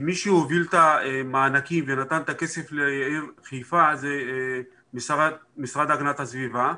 שמי שהוביל את המענקים ונתן את הכסף לעיר חיפה זה המשרד להגנת הסביבה,